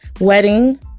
wedding